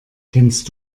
kennst